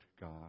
God